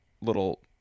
little